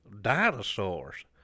Dinosaurs